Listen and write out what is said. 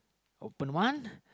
open one